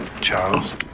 charles